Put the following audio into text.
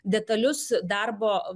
detalius darbo